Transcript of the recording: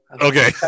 okay